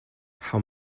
how